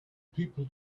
people